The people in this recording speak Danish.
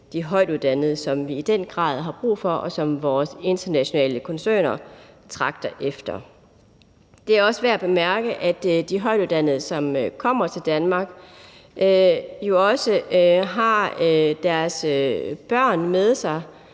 de højtuddannede, som vi i den grad har brug for, og som vores internationale koncerner tragter efter. Det er også værd at bemærke, at de højtuddannede, som kommer til Danmark, jo også har deres børn med sig,